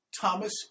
Thomas